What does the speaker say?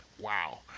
Wow